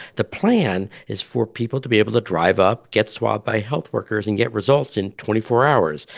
the plan is for people to be able to drive up, get swabbed by health workers and get results in twenty four hours.